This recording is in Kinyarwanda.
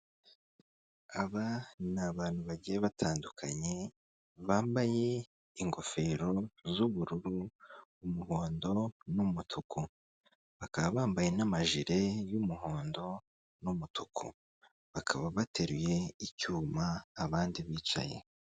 Aba ni abantu bagiye batandukanye bambaye ingofero z'ubururu, umuhondo n'umutuku, bakaba bambaye n'amajire y'umuhondo n'umutuku, bakaba bateruye icyuma abandi bicaye.